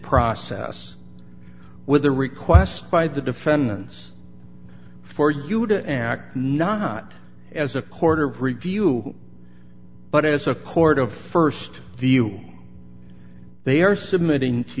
process with a request by the defendants for you to act not as a quarter of review but as a court of st view they are submitting to